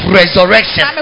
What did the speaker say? resurrection